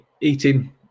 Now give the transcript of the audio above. eating